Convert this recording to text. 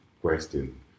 question